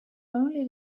only